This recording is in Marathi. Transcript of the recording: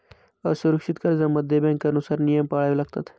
असुरक्षित कर्जांमध्ये बँकांनुसार नियम पाळावे लागतात